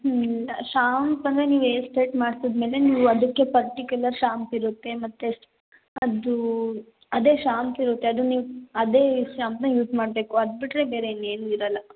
ಹ್ಞೂ ಶಾಂಪ್ ಅಂದರೆ ನೀವು ಏರ್ ಸ್ಟ್ರೈಟ್ ಮಾಡ್ಸಿದ ಮೇಲೆ ನೀವು ಅದಕ್ಕೆ ಪರ್ಟಿಕ್ಯುಲರ್ ಶಾಂಪ್ ಇರುತ್ತೆ ಮತ್ತು ಅದು ಅದೇ ಶಾಂಪ್ ಇರುತ್ತೆ ಅದು ನೀವು ಅದೇ ಶಾಂಪನ್ನ ಯೂಸ್ ಮಾಡಬೇಕು ಅದು ಬಿಟ್ಟರೆ ಬೇರೆ ಇನ್ನೇನೂ ಇರೋಲ್ಲ